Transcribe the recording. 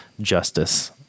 justice